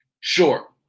Sure